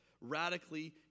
radically